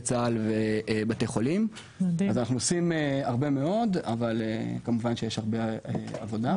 צה"ל ובתי חולים אז אנחנו עושים הרבה מאוד אבל כמובן שיש הרבה עבודה.